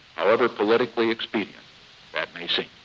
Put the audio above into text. however politically expedient may seem.